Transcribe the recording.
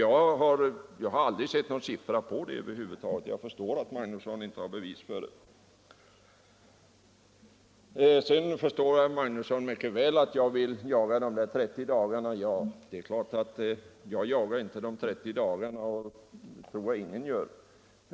Jag har aldrig sett någon siffra på det, så jag förstår att herr Magnusson inte kan ha bevis för det. Herr Magnusson förstår mycket väl att jag vill jaga de 30 dagarna. Jag jagar inte de 30 dagarna, det tror jag ingen gör.